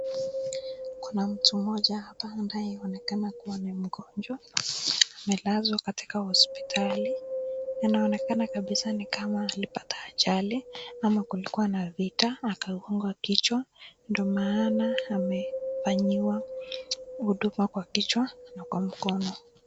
Kuna mtu mmoja hapa ambaye anaonekana kuwa ni mgonjwa. Amelazwa katika hospitali. Anaonekana kabisa ni kama alipata ajali ama kulikuwa na vita akagongwa kichwa ndio maana amefanyiwa huduma kwa kichwa na kwa mkono.